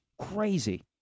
crazy